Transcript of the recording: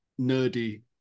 nerdy